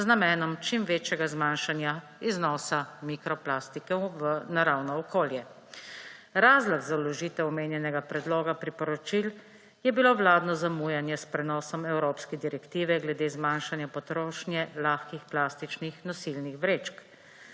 z namenom čim večjega zmanjšanja iznosa mikroplastike v naravno okolje. Razlog za vložitev omenjenega predloga priporočil je bilo vladno zamujanje s prenosom evropske direktive glede zmanjšanja potrošnje lahkih plastičnih nosilnih vrečk.